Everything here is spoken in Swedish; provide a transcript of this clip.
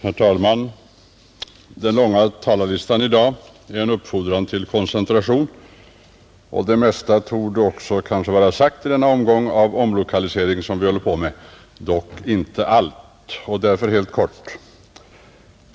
Herr talman! Den långa talarlistan är en uppfordran till koncentration. Det mesta torde också vara sagt i den omgång av omlokaliseringen som vi nu håller på med — dock inte allt.